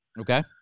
Okay